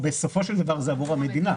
בסופו של דבר זה עבור המדינה.